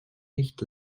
nicht